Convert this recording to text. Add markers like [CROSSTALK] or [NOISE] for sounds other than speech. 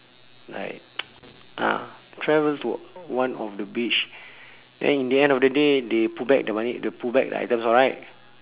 like [NOISE] ah travel to one of the beach then in the end of the day they put back the money they'll put back the items all right